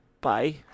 bye